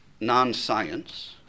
non-science